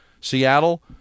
Seattle